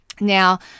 Now